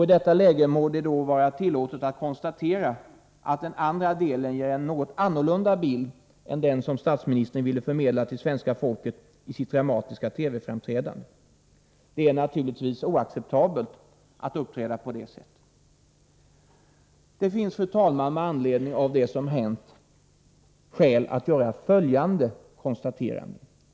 I detta läge må det vara tillåtet att konstatera att den andra delen av brevet ger en något annorlunda bild än den statsministern ville förmedla till svenska folket i sitt dramatiska TV-framträdande. Detta är icke acceptabelt. Det finns, fru talman, med anledning av vad som hänt skäl att göra följande konstateranden.